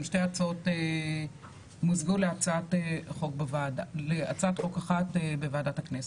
גם שתי ההצעות מוזגו להצעת חוק אחת בוועדת הכנסת.